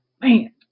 man